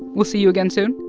we'll see you again soon?